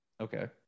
Okay